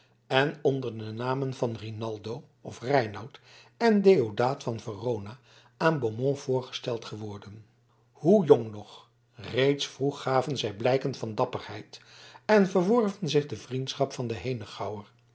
en onder de namen van rinaldo of reinout en deodaat van verona aan beaumont voorgesteld geworden hoe jong nog reeds vroeg gaven zij blijken van dapperheid en verworven zich de vriendschap van den